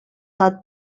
tad